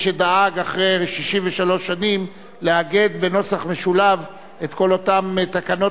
שדאג אחרי 63 שנים לאגד בנוסח משולב את כל אותם תקנות